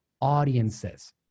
audiences